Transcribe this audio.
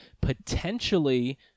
potentially